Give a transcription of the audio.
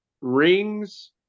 rings